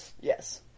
Yes